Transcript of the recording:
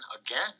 again